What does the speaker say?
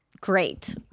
great